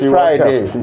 Friday